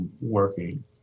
working